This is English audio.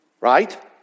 right